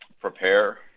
prepare